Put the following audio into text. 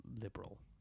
liberal